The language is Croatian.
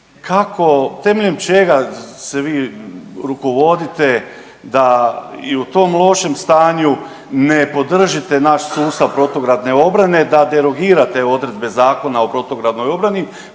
temeljem čega se vi rukovodite da i u tom lošem stanju ne podržite naš sustav protugradne obrane, da derogirate odredbe Zakona o protugradnoj obrani